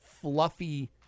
fluffy